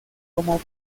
como